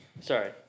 Sorry